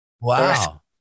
Wow